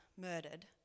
murdered